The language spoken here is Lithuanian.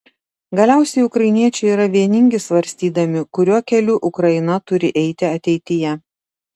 galiausiai ukrainiečiai yra vieningi svarstydami kuriuo keliu ukraina turi eiti ateityje